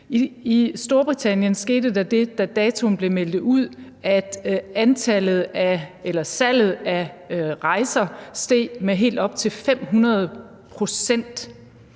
I Storbritannien skete der det, da datoen blev meldt ud, at salget af rejser steg med helt op til 500 pct.